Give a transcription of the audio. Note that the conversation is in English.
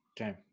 Okay